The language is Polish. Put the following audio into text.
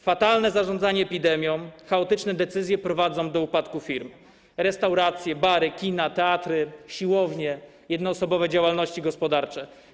Fatalne zarządzanie epidemią, chaotyczne decyzje prowadzą do upadku firm, restauracji, barów, kin, teatrów, siłowni, jednoosobowych działalności gospodarczych.